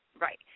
Right